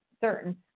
certain